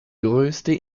größte